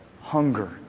Hunger